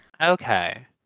Okay